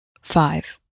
five